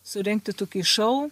surengti tokį šou